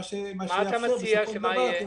מה אתה מציע שיהיה?